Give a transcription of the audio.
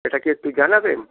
সেটা কি একটু জানাবেন